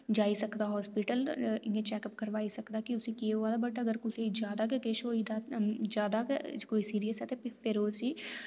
जाई सकदा हास्पिटल इ'यां चैक अप करवाई सकदा कि उसी के होआ दा बट अगर कुसै ज्यादा गै किश होई दा ज्यादा गै कोई सीरियस ऐ ते फिर उसी